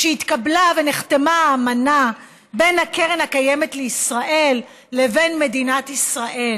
כשהתקבלה ונחתמה האמנה בין הקרן הקיימת לישראל לבין מדינת ישראל